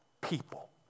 people